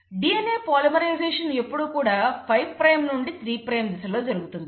DNA polymerization ఎప్పుడూ కూడా 5 prime నుండి 3 ప్రైమ్ దిశలో జరుగుతుంది